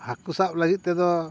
ᱦᱟᱠᱳ ᱥᱟᱵ ᱞᱟᱹᱜᱤᱫ ᱛᱮᱫᱚ